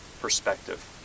perspective